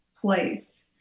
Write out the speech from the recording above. place